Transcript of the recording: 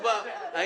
לכאן הוא לא נכנס.